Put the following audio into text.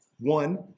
one